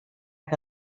que